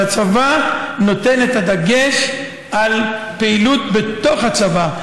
אבל הצבא שם את הדגש על פעילות בתוך הצבא.